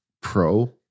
Pro